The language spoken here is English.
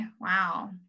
Wow